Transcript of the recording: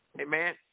Amen